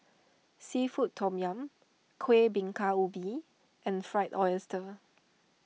Seafood Tom Yum Kueh Bingka Ubi and Fried Oyster